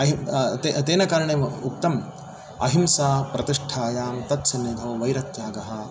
तेन कारणेम् उक्तम् अहिंसाप्रतिष्ठायां तत्सन्निधौ वैरत्यागः इति